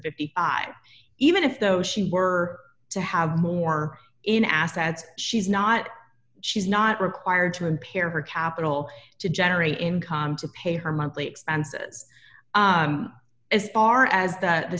fifty five dollars even if though she were to have more in assets she's not she's not required to impair her capital to generate income to pay her monthly expenses as far as that the